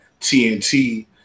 TNT